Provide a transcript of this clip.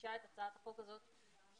מגישה את הצעת החוק הזאת היא